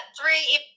three